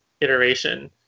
iteration